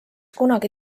kunagi